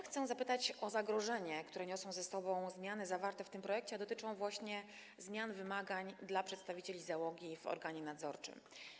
Chcę zapytać o zagrożenie, które niosą ze sobą zmiany zawarte w tym projekcie, a dotyczą właśnie zmian wymagań dla przedstawicieli załogi w organie nadzorczym.